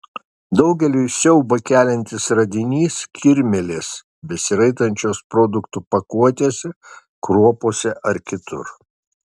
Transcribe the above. daugeliui siaubą keliantis radinys kirmėlės besiraitančios produktų pakuotėse kruopose ar kitur